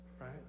right